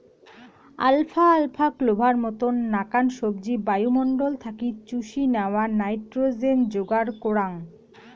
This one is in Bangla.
আলফা আলফা, ক্লোভার মতন নাকান সবজি বায়ুমণ্ডল থাকি চুষি ন্যাওয়া নাইট্রোজেন যোগার করাঙ